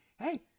hey